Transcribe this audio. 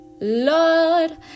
lord